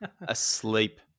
asleep